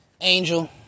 angel